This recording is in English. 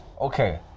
Okay